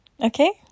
Okay